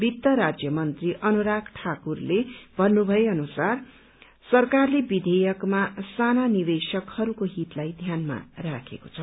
वित्त राज्यमन्त्री अनुराग ठाकुरले भन्नुभए अनुसार सरकारले विधेयकमा साना निवेशकहरूको हितलाई ध्यानमा राखेको छ